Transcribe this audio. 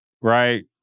right